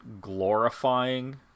glorifying